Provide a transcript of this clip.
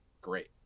Great